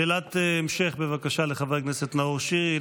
שאלת המשך, בבקשה, לחבר הכנסת נאור שירי.